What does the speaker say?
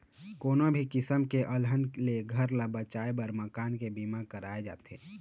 कोनो भी किसम के अलहन ले घर ल बचाए बर मकान के बीमा करवाए जाथे